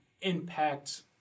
impact